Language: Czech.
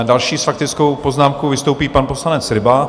Další s faktickou poznámkou vystoupí pan poslanec Ryba.